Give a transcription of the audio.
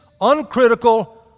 uncritical